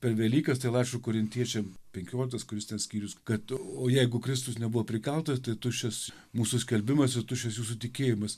per velykas tai laiško korintiečiam penkioliktas kuris ten skyrius kad o jeigu kristus nebuvo prikaltas tai tuščias mūsų skelbimas ir tuščias jūsų tikėjimas